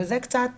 זו קצת